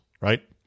right